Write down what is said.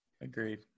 Agreed